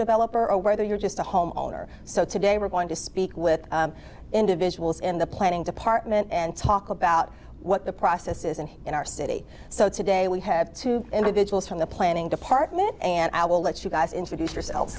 developer or whether you're just a homeowner so today we're going to speak with individuals in the planning department and talk about what the process is and in our city so today we have two individuals from the planning department and i will let you guys introduce yoursel